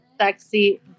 sexy